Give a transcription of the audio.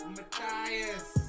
Matthias